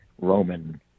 Roman